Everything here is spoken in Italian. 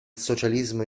socialismo